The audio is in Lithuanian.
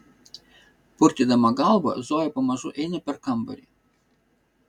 purtydama galvą zoja pamažu eina per kambarį